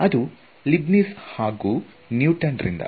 ಅದು ಲಿಬ್ನೀಜ್ ಹಾಗೂ ನ್ಯೂಟೋನ್ ರಿಂದ